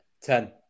Ten